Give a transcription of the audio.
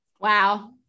wow